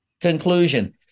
conclusion